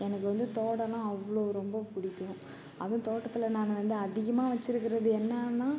எனக்கு வந்து தோட்டம்னால் அவ்வளோ ரொம்ப பிடிக்கும் அதுவும் தோட்டத்தில் நான் வந்து அதிகமாக வச்சுருக்கிறது என்னான்னா